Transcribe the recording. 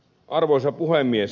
arvoisa puhemies